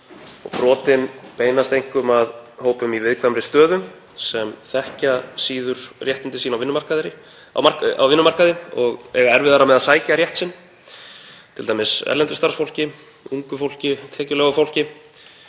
Brotin beinast einkum að hópum í viðkvæmri stöðu sem þekkja síður réttindi sín á vinnumarkaði og eiga erfiðara með að sækja rétt sinn, t.d. að erlendu starfsfólki, ungu fólki, tekjulágu fólki.